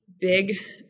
big